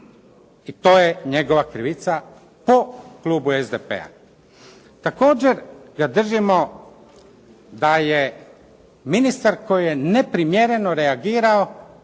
I to je njegova krivica po klubu SDP-a. Također ga držimo da je ministar koji je neprimjereno reagirao